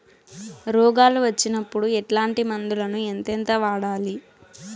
రోగాలు వచ్చినప్పుడు ఎట్లాంటి మందులను ఎంతెంత వాడాలి?